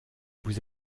vous